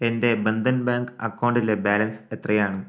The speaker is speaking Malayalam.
എൻ്റെ ബന്ധൻ ബാങ്ക് അക്കൗണ്ടിലെ ബാലൻസ് എത്രയാണ്